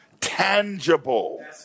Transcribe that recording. tangible